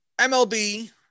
MLB